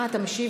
אתה משיב?